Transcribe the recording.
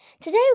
Today